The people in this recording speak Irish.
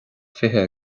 fiche